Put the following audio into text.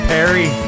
Perry